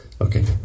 Okay